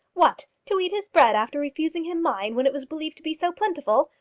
what! to eat his bread after refusing him mine when it was believed to be so plentiful!